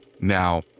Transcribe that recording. Now